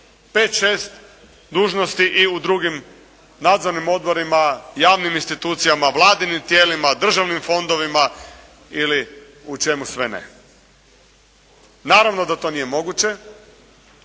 šest dužnosti i u drugim nadzornim odborima, javnim institucijama, Vladinim tijelima, državnim fondovima ili u čemu sve ne. Naravno da to nije moguće,